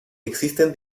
existen